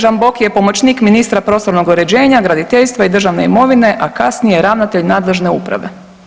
Žamboki je pomoćnik ministra prostornog uređenja, graditeljstva i državne imovine, a kasnije ravnatelj nadležne uprave.